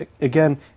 again